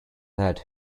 had